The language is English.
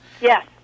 Yes